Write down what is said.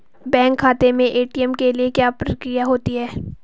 Bank खाते में ATM के लिए क्या प्रक्रिया होती है?